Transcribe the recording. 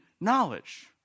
knowledge